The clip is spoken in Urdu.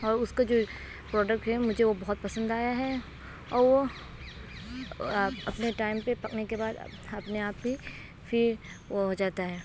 اور اس کا جو پروڈکٹ ہے مجھے وہ بہت پسند آیا ہے اور وہ اپنے ٹائم پہ پکنے کے بعد اپنے آپ ہی پھر وہ ہو جاتا ہے